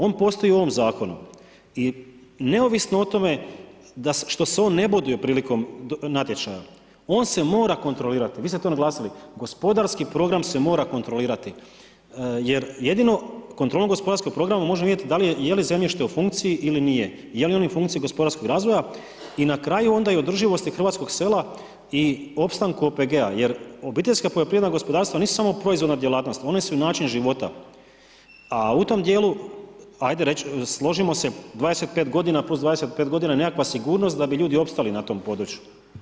On postoji u ovom zakonu i neovisno o tome što se on ne boduje prilikom natječaja, on se mora kontrolirati, vi ste to naglasili, gospodarski program se mora kontrolirati jer jedinom kontrolom gospodarskog programa možemo vidjeti je li zemljište u funkciji ili nije, je li on u funkciji gospodarskog razvoja i na kraju onda i održivosti hrvatskog sela i opstanku OPG-a jer OPG-i nisu samo proizvodna djelatnost, oni su i način života a u tom djelu, ajde složimo se, 25 godina plus 25 godina je nekakva sigurnost da bi ljudi opstali na tom području.